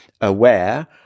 aware